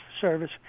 service